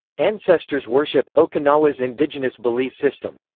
ancestors worship okinawa's indigenous belief system.